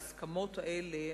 ההסכמות האלה,